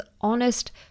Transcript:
honest